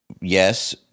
yes